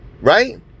Right